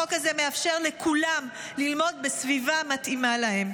החוק הזה מאפשר לכולם ללמוד בסביבה המתאימה להם.